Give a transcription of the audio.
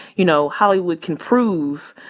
you know, hollywood can prove,